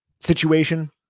situation